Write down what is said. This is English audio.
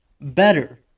better